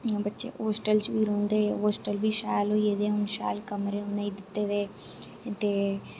बच्चे होस्टल च बी रौंह्दे होस्टल बी शैल होई गेदे हून शैल कमरे उनेंगी दित्ते दे